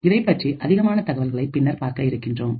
இதைப் பற்றிய அதிகமான தகவல்களை பின்னர் பார்க்க இருக்கின்றோம்